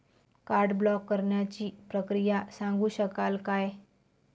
Card block करण्याची प्रक्रिया सांगू शकाल काय?